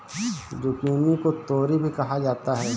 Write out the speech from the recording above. zucchini को तोरी भी कहा जाता है